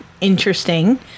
interesting